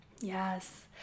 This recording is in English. yes